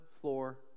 floor